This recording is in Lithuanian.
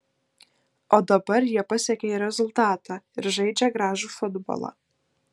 o dabar jie pasiekia ir rezultatą ir žaidžia gražų futbolą